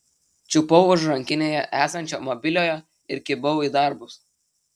čiupau už rankinėje esančio mobiliojo ir kibau į darbus